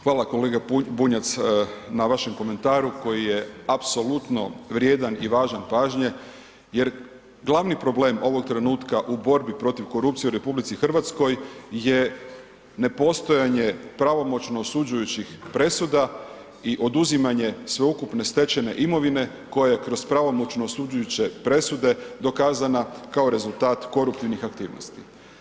Hvala kolega Bunjac na vašem komentaru koji je apsolutno vrijedan i važan pažnje jer glavni problem ovog trenutka u borbi protiv korupcije u RH je nepostojanje pravomoćno osuđujućih presuda i oduzimanje sveukupne stečene imovine koja je kroz pravomoćno osuđujuće presude dokazana kao rezultat koruptivnih aktivnosti.